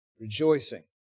rejoicing